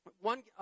one